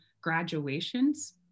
graduations